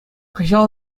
кӑҫал